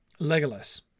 Legolas